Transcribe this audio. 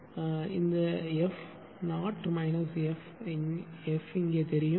எனவே இந்த F 0 F இங்கே தெரியும்